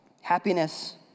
Happiness